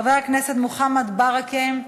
חבר הכנסת מוחמד ברכה,